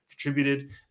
contributed